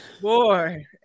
Boy